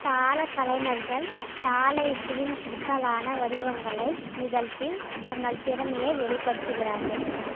தாளக் கலைஞர்கள் தாள இசையின் சிக்கலான வடிவங்களை நிகழ்த்தி தங்கள் திறமையை வெளிப்படுத்துகிறார்கள்